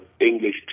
English